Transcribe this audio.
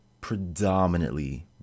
predominantly